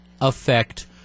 affect